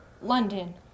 London